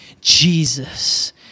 Jesus